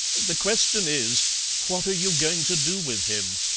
the question is what are you going to do with him?